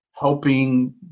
Helping